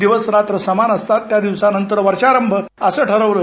दिवस रात्र समान असतात त्या दिवसानंतर वर्षारंभ असं ठरवल